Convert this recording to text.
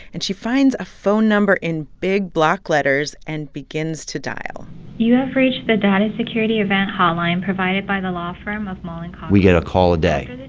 and she finds a phone number in big block letters and begins to dial you have reached the data security event hotline provided by the law firm of mullen coughlin we get a call a day,